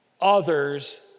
others